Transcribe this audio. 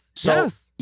Yes